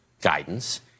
guidance